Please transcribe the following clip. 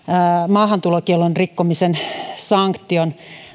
maahantulokiellon rikkomisen sanktio